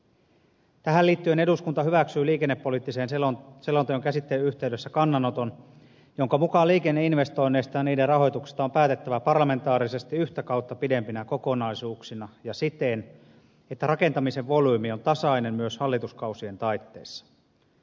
tähän liittyen eduskunta hyväksyy liikennepoliittisen selonteon käsittelyn yhteydessä kannanoton jonka mukaan liikenneinvestoinneista ja niiden rahoituksesta on päätettävä parlamentaarisesti yhtä kautta pidempinä kokonaisuuksina ja siten että rakentamisen volyymi on tasainen myös hallituskausien taitteessa